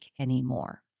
anymore